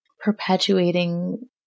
perpetuating